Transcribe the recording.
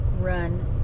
run